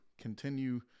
continue